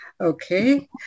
Okay